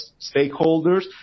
stakeholders